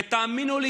ותאמינו לי,